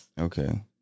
okay